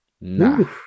no